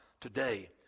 today